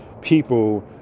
people